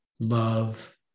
Love